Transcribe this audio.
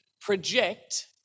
project